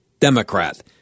Democrat